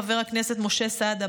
חבר הכנסת משה סעדה,